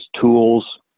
tools